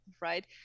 right